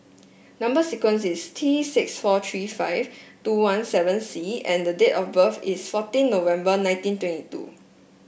number sequence is T six four three five two one seven C and date of birth is fourteen November nineteen twenty two